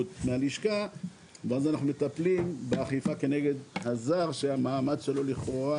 מהלשכה ומטפלים באכיפה כנגד הזר שהמעמד שלו לכאורה,